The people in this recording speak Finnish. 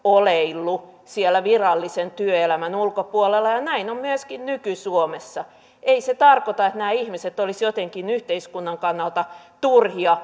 oleillut siellä virallisen työelämän ulkopuolella ja näin on myöskin nyky suomessa ei se tarkoita että nämä ihmiset olisivat jotenkin yhteiskunnan kannalta turhia